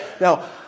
Now